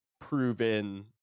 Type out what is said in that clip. proven